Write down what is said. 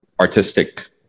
artistic